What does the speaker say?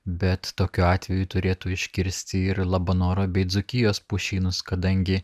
bet tokiu atveju turėtų iškirsti ir labanoro bei dzūkijos pušynus kadangi